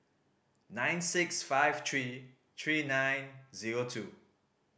nine six five three three nine zero two